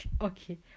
okay